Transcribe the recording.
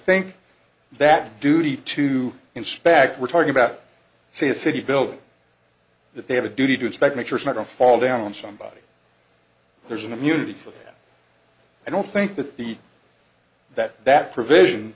think that duty to inspect we're talking about say a city building that they have a duty to inspect make sure not to fall down on somebody there's an immunity for that i don't think that the that that provision